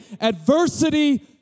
adversity